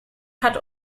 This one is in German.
hat